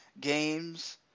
games